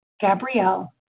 Gabrielle